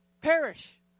perish